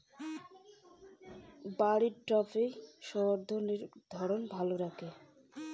বাড়ির টবে বা বাগানের শোভাবর্ধন করে এই ধরণের বিরুৎগুলো